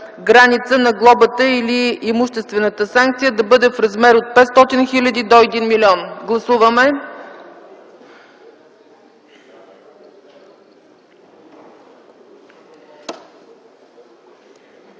граница на глобата или имуществената санкция да бъде в размер от 500 000 на 1 000 000 лв. Гласуваме!